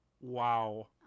Wow